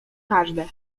każde